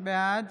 בעד